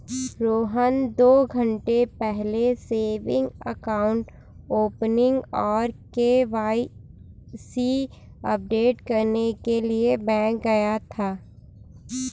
रोहन दो घन्टे पहले सेविंग अकाउंट ओपनिंग और के.वाई.सी अपडेट करने के लिए बैंक गया था